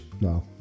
No